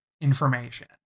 information